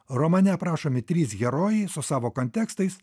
romane aprašomi trys herojai su savo kontekstais